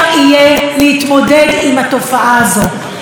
אני לא מדברת פה לא על רפורמת הנשק,